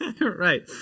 Right